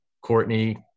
Courtney